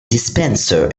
dispenser